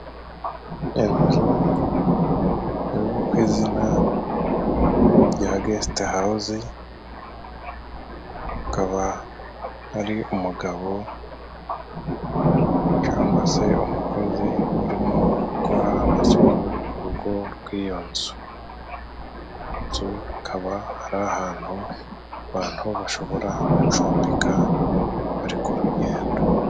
Inzu izwi ku izina rya gesitehawuzi hakaba hari umugabo cangwa se umukozi urimo ukora amasuku ku rugo rw'iyo nzu, inzu ikaba hari ahantu abantu bashobora gucumbika bari ku rugendo.